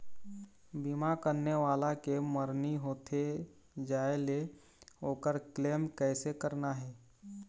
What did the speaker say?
बीमा करने वाला के मरनी होथे जाय ले, ओकर क्लेम कैसे करना हे?